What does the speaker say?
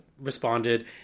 Responded